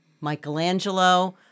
Michelangelo